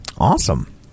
Awesome